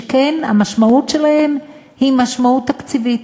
שכן המשמעות שלהם היא משמעות תקציבית.